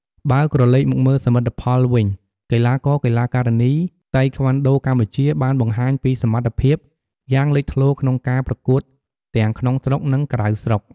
បើក្រលែកមកមើលសមិទ្ធផលវិញ កីឡាករ កីឡាការិនី តៃក្វាន់ដូកម្ពុជាបានបង្ហាញពីសមត្ថភាពយ៉ាងលេចធ្លោក្នុងការប្រកួតទាំងក្នុងស្រុក និងក្រៅស្រុក។